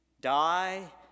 die